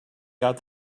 got